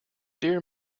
dear